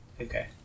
Okay